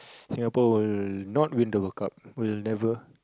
Singapore will not win the World Cup will never